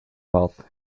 wealth